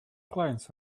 clients